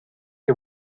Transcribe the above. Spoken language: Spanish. que